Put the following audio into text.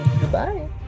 Goodbye